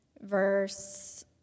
verse